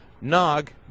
Nog